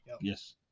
Yes